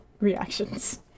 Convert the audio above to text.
reactions